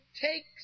takes